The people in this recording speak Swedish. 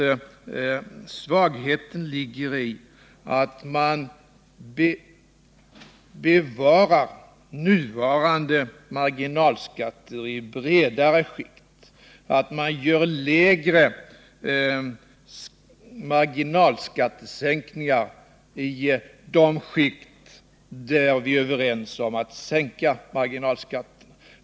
Den ligger i att man bevarar nuvarande marginalskatter i bredare skikt och vill göra lägre marginalskattesänkningar i de skikt där vi är överens om att sänka marginalskatten.